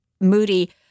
Moody